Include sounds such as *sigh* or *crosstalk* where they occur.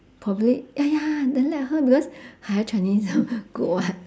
probably ah ya then let her because higher chinese *breath* good [what]